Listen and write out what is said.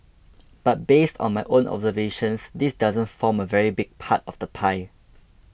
but based on my own observations this doesn't form a very big part of the pie